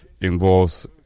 involves